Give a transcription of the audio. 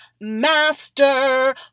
master